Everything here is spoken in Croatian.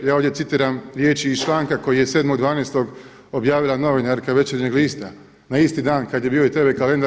Ja ovdje citiram riječi iz članka koji je 7.12. objavila novinarka Večernjeg lista na isti dan kada je bio i tv kalendar.